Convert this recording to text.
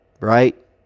right